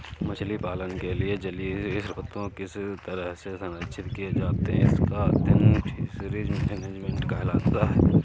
मछली पालन के लिए जलीय स्रोत किस तरह से संरक्षित किए जाएं इसका अध्ययन फिशरीज मैनेजमेंट कहलाता है